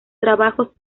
trabajos